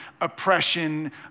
oppression